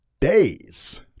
days